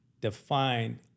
defined